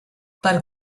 per